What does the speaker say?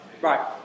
right